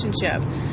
relationship